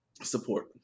Support